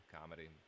comedy